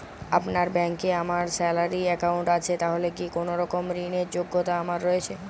আপনার ব্যাংকে আমার স্যালারি অ্যাকাউন্ট আছে তাহলে কি কোনরকম ঋণ র যোগ্যতা আমার রয়েছে?